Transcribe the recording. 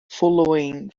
following